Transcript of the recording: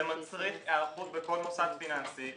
זה מצריך היערכות בכל מוסד פיננסי,